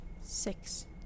Six